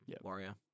warrior